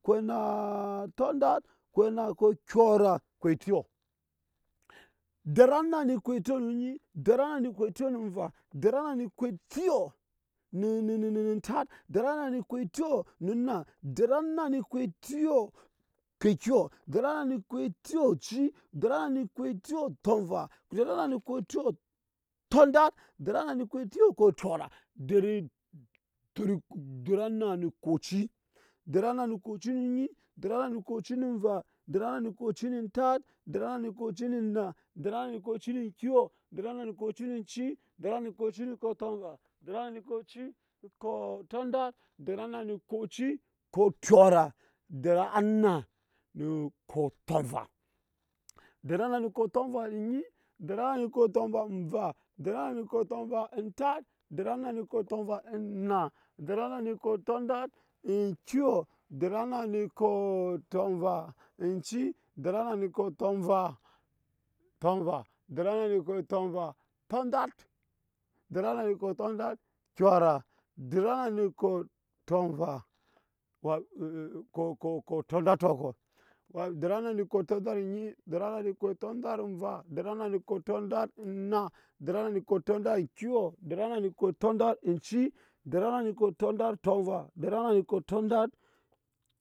Kop enna tondat kop enna kop kyora kop ekyɔ deri anna mu kop ekyɔ nu onyi deri anna mu kop ekyɔ nu nva deri anna mu kop ekyɔ nu tat deri anna nu kopp ekyɔ nu oci deri anna nu kop ekyɔ tɔmva, deri anna nu kop ekyɔ tondat, deri anna nu kop ekyɔ kop kyɔra deri deri anna nu kop oci deri anna nu kop oci nu onyi deri anna nu kop oci nu ntat deri anna nu kop ocinu nna, deri anna nu kop oci nu kyɔ, deri anna nu oci deri anna nu kop nukop tɔnva, deri anna nu kop oci kop kyora deri anna nu kop omva deri anna nu kop tomva nu onyi deri anna nu kopp tɔmva nu nva deri anna nu kop tɔmva nu tat deri anna nu kop tɔndat nna